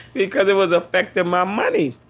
because it was affecting my money.